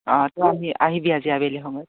অঁ তই আহি আহিবি আজি আবেলি সময়ত